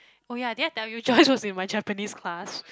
oh ya did I tell you Joyce was in my Japanese class